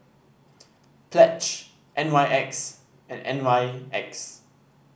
Pledge N Y X and N Y X